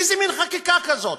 איזה מין חקיקה זאת?